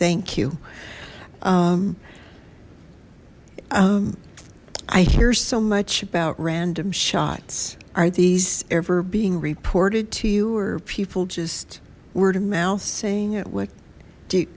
thank you i hear so much about random shots are these ever being reported to you or people just word of mouth saying it what do